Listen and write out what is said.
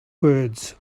words